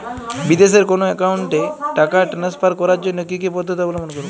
বিদেশের কোনো অ্যাকাউন্টে টাকা ট্রান্সফার করার জন্য কী কী পদ্ধতি অবলম্বন করব?